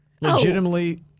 legitimately